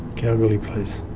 kalgoorlie police.